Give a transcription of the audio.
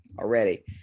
already